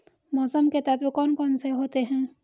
मौसम के तत्व कौन कौन से होते हैं?